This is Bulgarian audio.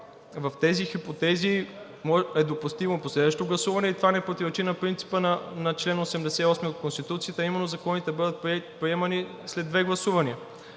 в тези хипотези е допустимо последващо гласуване и това не противоречи на принципа на чл. 88 от Конституцията, а именно – законите да бъдат приемани след две гласувания.